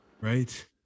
Right